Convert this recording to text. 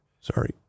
Sorry